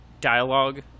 dialogue